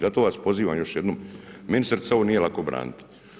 Zato vas pozivam još jednom, ministrice ovo nije lako braniti.